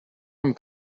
amb